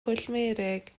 pwllmeurig